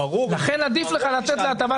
לכן עדיף לך לתת לה הטבת מס.